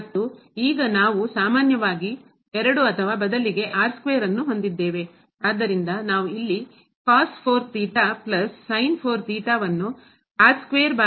ಮತ್ತು ಈಗ ನಾವು ಸಾಮಾನ್ಯವಾಗಿ 2 ಅಥವಾ ಬದಲಿಗೆ ಹೊಂದಿದ್ದೇವೆ ಆದ್ದರಿಂದ ನಾವು ಇಲ್ಲಿ cos 4 theta plus sin 4 theta ಬಾರಿ